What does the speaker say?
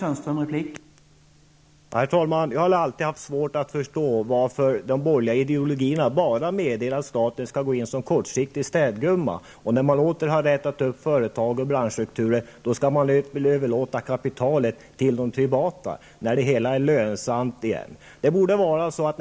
Herr talman! Jag har alltid haft svårt att förstå varför den borgerliga ideologin bara medger att staten skall gå in kortsiktigt, som städgumma. När staten har rätat upp företag och branschstrukturer och när verksamheten är lönsam igen skall staten enligt borgerlig ideologi överlåta kapitalet till de privata!